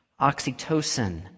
Oxytocin